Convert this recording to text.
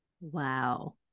Wow